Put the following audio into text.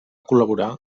col·laborar